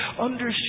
understood